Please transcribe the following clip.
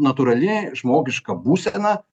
natūrali žmogiška būsena